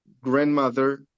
grandmother